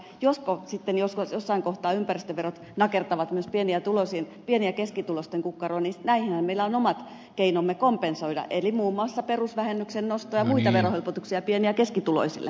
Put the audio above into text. meillä sosialidemokraateilla jos jossain kohtaa ympäristöverot nakertavat myös pieni ja keskituloisten kukkaroa on omat keinomme kompensoida näitä eli muun muassa perusvähennyksen nosto ja muita verohelpotuksia pieni ja keskituloisille